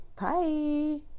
Bye